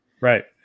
Right